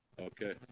Okay